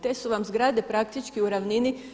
Te su vam zgrade praktički u ravnini.